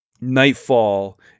Nightfall